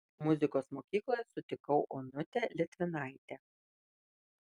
muzikos mokykloje sutikau onutę litvinaitę